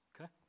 Okay